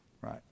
Right